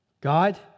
God